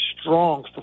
strong